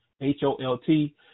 H-O-L-T